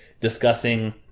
discussing